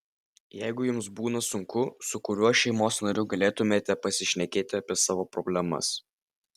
jeigu jums būna sunku su kuriuo šeimos nariu galėtumėte pasišnekėti apie savo problemas